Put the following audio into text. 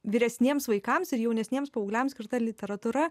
vyresniems vaikams ir jaunesniems paaugliams skirta literatūra